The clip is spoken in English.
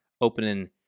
opening